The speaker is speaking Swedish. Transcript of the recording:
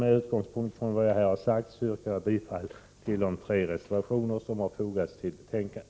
Med utgångspunkt från vad jag här har sagt yrkar jag bifall till de tre reservationer som har fogats till betänkandet.